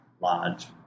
large